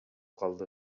калды